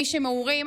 מי שמעורים,